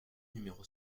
numéro